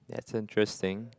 that's interesting